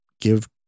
give